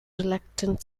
reluctant